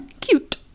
Cute